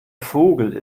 vogel